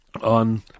on